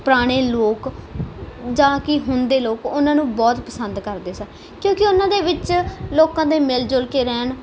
ਪੁਰਾਣੇ ਲੋਕ ਜਾਂ ਕਿ ਹੁਣ ਦੇ ਲੋਕ ਉਹਨਾਂ ਨੂੰ ਬਹੁਤ ਪਸੰਦ ਕਰਦੇ ਸਨ ਕਿਉਂਕਿ ਉਹਨਾਂ ਦੇ ਵਿੱਚ ਲੋਕਾਂ ਦੇ ਮਿਲ ਜੁਲ ਕੇ ਰਹਿਣ